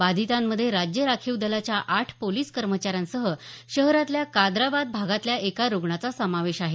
बाधितांमध्ये राज्य राखीव दलाच्या आठ पोलीस कर्मचाऱ्यांसह शहरातल्या कादराबाद भागातल्या एका रुग्णाचा समावेश आहे